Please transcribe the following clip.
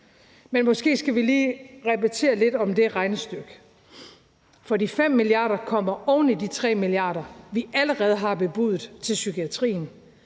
Men måske skal vi lige repetere lidt i forhold til det regnestykke. De 5 mia. kr. kommer oven i de 3 mia. kr., vi allerede har bebudet til psykiatrien,